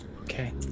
Okay